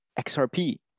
XRP